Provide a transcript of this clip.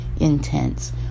intense